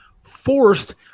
forced